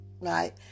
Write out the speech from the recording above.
Right